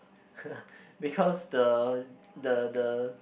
because the the the